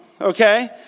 okay